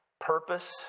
purpose